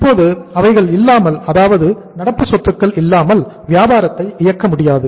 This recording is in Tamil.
இப்போது அவைகள் இல்லாமல் அதாவது நடப்பு சொத்துக்கள் இல்லாமல் வியாபாரத்தை இயக்க முடியாது